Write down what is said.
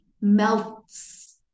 melts